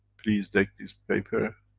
please take this paper,